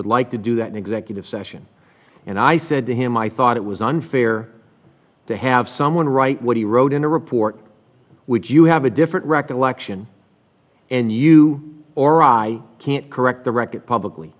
would like to do that in executive session and i said to him i thought it was unfair to have someone write what he wrote in a report would you have a different recollection and you or i can't correct the record publicly